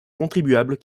contribuables